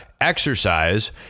exercise